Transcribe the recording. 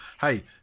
Hey